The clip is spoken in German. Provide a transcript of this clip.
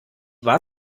war